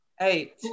eight